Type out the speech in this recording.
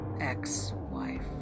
ex-wife